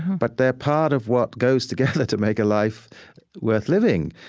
but they're part of what goes together to make a life worth living.